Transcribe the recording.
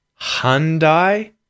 Hyundai